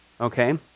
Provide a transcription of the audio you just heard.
okay